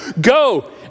go